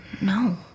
No